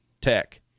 tech